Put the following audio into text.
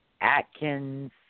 Atkins